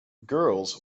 girls